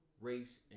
race